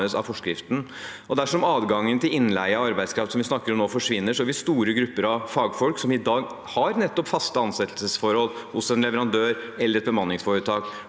Dersom adgangen til innleie av arbeidskraft, som vi snakker om nå, forsvinner, vil store grupper av fagfolk som i dag har nettopp faste ansettelsesforhold hos en leverandører eller et bemanningsforetak,